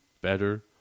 better